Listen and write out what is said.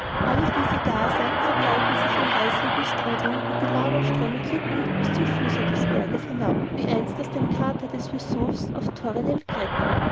alle diese gase verbreiteten sich in reißenden strudeln und die lavaströme glitten bis zum fuße des berges hinab wie einst aus dem krater des vesuvs auf